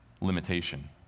limitation